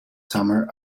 summer